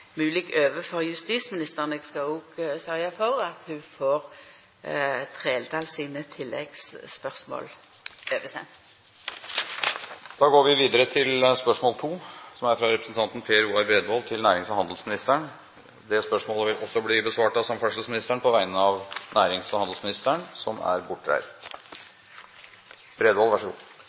overfor justisministeren. Eg skal òg sørgja for at ho får Trældal sine tilleggsspørsmål oversendt. Dette spørsmålet, fra representanten Per Roar Bredvold til nærings- og handelsministeren, vil bli besvart av samferdselsministeren på vegne av nærings- og handelsministeren. Jeg ønsker å stille følgende spørsmål til nærings- og handelsministeren, som